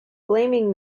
blaming